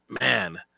Man